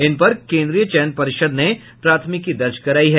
इन पर कोन्द्रीय चयन पर्षद ने प्राथमिकी दर्ज कराई है